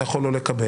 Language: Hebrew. אתה יכול לא לקבל,